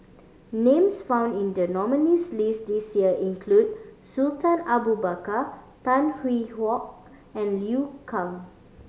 names found in the nominees' list this year include Sultan Abu Bakar Tan Hwee Hock and Liu Kang